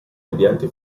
mediante